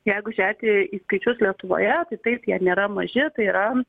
jeigu žiūrėti į skaičius lietuvoje tai taip jie nėra maži tai yra